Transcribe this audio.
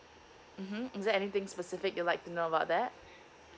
mmhmm is there anything specific you'd like to know about that